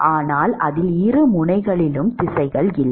ஆனால் அதில் இரு முனைகளிலும் திசையில் இல்லை